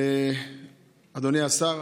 אדוני השר,